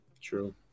True